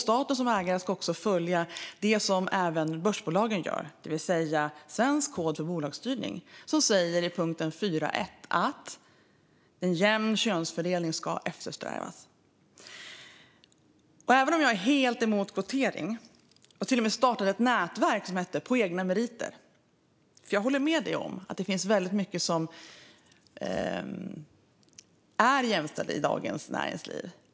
Staten som ägare ska också precis som börsbolagen följa Svensk kod för bolagsstyrning. Den säger i punkt 4.1 att en jämn könsfördelning ska eftersträvas. Jag är helt emot kvotering - jag har till och med startat ett nätverk som hette På egna meriter, och jag håller helt med om att det är väldigt mycket som ändå är jämställt i dagens näringsliv.